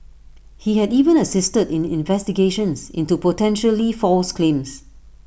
he had even assisted in investigations into potentially false claims